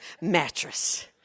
mattress